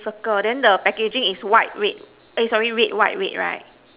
circle then the packaging is white red eh sorry red white red right